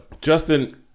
Justin